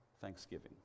thanksgiving